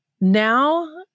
Now